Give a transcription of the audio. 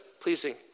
pleasing